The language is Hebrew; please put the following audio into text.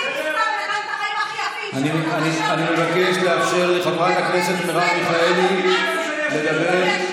אני מבקש לאפשר לחברת הכנסת מרב מיכאלי לדבר.